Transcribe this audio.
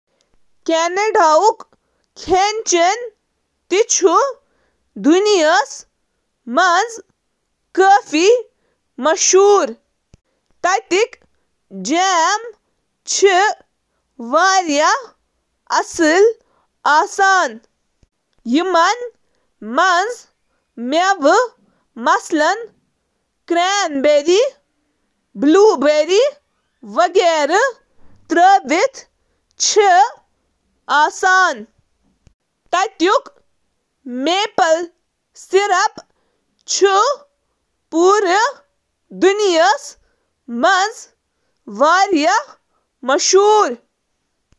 عام طور پٲٹھۍ، کینیڈین روایتی کھین سمجھنہٕ ینہٕ وٲل زیادٕ تر حصن منٛز چِھ افزودگی، روٹی تہٕ نشاستہٕ، گیمہٕ ہنٛد ماز، تہٕ اکثر سٹو تہٕ سوپ ہنٛد مضبوط عناصر آسان۔